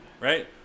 right